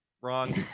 Wrong